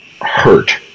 hurt